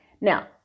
Now